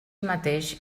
mateix